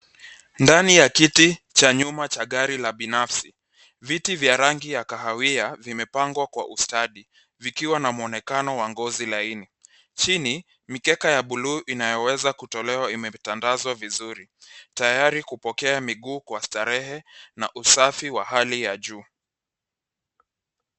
Ndani ya kiti cha nyuma cha gari la binafsi, viti vya rangi ya kahawia vimepangwa kwa ustadi, vikiwa na muonekano wa ngozi ya laini. Chini, mikeka ya buluu inayoweza kutolewa imetandazwa vizuri, tayari kupokea miguu kwa starehe na usafi wa hali ya juu.